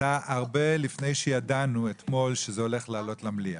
הרבה לפני שידענו אתמול שזה הולך לעלות למליאה.